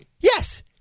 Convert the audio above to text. Yes